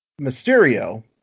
Mysterio